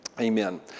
Amen